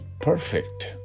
perfect